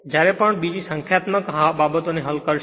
જ્યારે પણ આ બધી સંખ્યાત્મક બીજી બાબતોને હલ કરશે